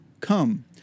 Come